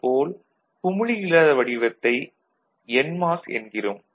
அது போல் குமிழி இல்லாத வடிவத்தை என்மாஸ் என்கிறோம்